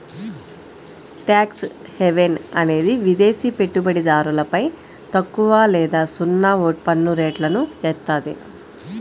tax haven అనేది విదేశి పెట్టుబడిదారులపై తక్కువ లేదా సున్నా పన్నురేట్లను ఏత్తాది